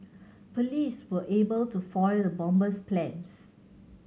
police were able to foil the bomber's plans